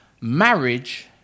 Marriage